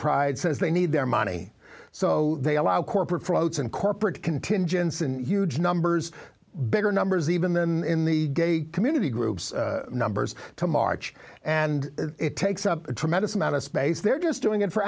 pride says they need their money so they allow corporate floats and corporate contingents in huge numbers bigger numbers even in the gay community groups numbers to march and it takes up a tremendous amount of space they're just doing it for